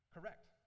Correct